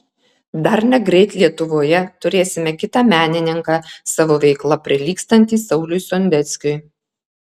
dar negreit lietuvoje turėsime kitą menininką savo veikla prilygstantį sauliui sondeckiui